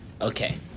okay